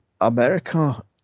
America